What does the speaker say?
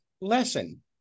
lesson